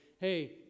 Hey